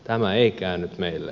tämä ei käynyt meille